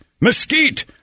mesquite